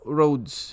roads